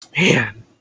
Man